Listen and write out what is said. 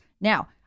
Now